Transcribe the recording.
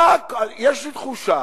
יש לי תחושה,